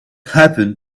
happen